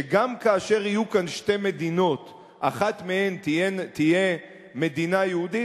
שגם כאשר יהיו כאן שתי מדינות אחת מהן תהיה מדינה יהודית,